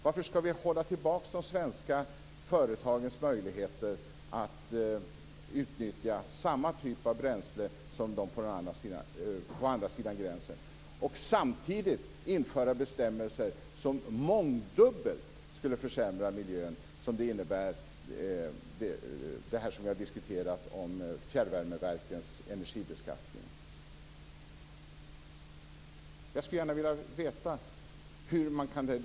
Varför skall vi hålla tillbaka de svenska företagens möjligheter att utnyttja samma typ av bränsle som de på andra sidan gränsen gör och samtidigt införa bestämmelser som mångdubbelt skulle försämra miljön? Det innebär det som vi har diskuterat, fjärrvärmeverkens energibeskattning. Jag skulle gärna vilja veta hur man kan göra så.